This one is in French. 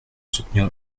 soutenir